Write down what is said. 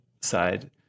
side